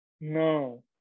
No